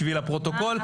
בשביל הפרוטוקול,